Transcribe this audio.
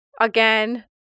again